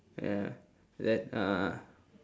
ya that uh